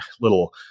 little